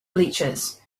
bleachers